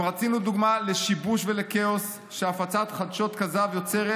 אם רצינו דוגמה לשיבוש ולכאוס שהפצת חדשות כזב יוצרת,